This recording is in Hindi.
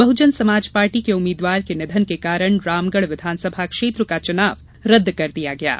बहुजन समाज पार्टी के उम्मीदवार के निधन के कारण रामगढ़ विधानसभा क्षेत्र का चुनाव रद्द कर दिया गया है